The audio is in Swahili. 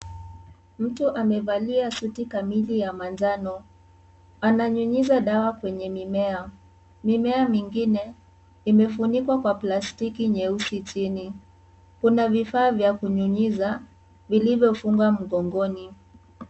Mtu amevalia suti kamili ya manjano. Ananyunyiza dawa kwenye mimea. Mimea mingine, imefunikwa kwa plastiki nyeusi chini. Kuna vifaa vya kunyunyiza, vilivyofungwa mgongoni.